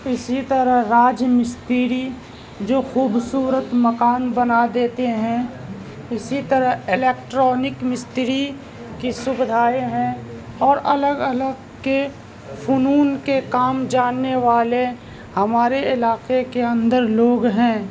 اسی طرح راج مستری جو خوبصورت مکان بنا دیتے ہیں اسی طرح الیکٹرانک مستری کی سویدھائیں ہیں اور الگ الگ کے فنون کے کام جاننے والے ہمارے علاقے کے اندر لوگ ہیں